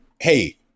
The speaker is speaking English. Hey